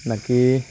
বাকী